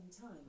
time